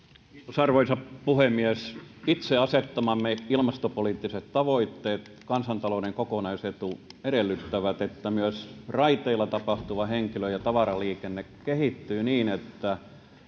kiitos arvoisa puhemies itse asettamamme ilmastopoliittiset tavoitteet ja kansantalouden kokonaisetu edellyttävät että myös raiteilla tapahtuva henkilö ja tavaraliikenne kehittyy niin että